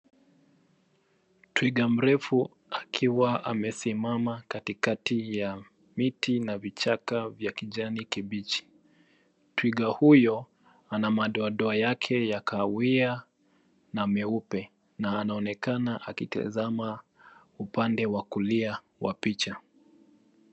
Twiga mrefu akiwa amesimama katikati ya miti na vichaka vya kijani kibichi. Twiga huyo ana madoadoa yake ya kahawia na meupe na anaonekana akitazama upande wa kulia wa picha.